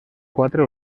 quatre